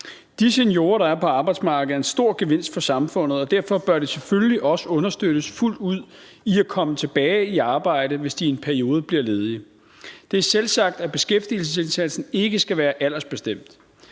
De seniorer, der er på arbejdsmarkedet, er en stor gevinst for samfundet, og derfor bør de selvfølgelig også understøttes fuldt ud i at komme tilbage i arbejde, hvis de i en periode bliver ledige. Det er selvsagt, at beskæftigelsesindsatsen ikke skal være aldersbestemt.